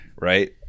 right